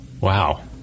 Wow